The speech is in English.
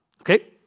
Okay